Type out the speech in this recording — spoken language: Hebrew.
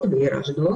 את מספר המיטות הארציות